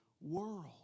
world